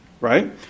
Right